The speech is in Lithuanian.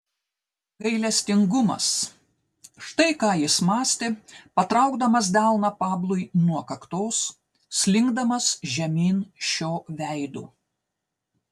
gailestingumas štai ką jis mąstė patraukdamas delną pablui nuo kaktos slinkdamas žemyn šio veidu